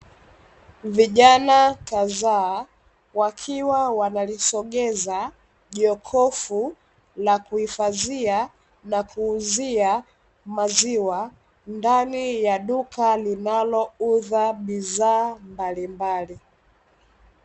Vijana kadhaa wakiwa wanalisogeza jokofu la kuuza na kufadhia maziwa ndani ya duka linalouza bidhaa mbalimbali.